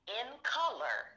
in-color